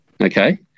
okay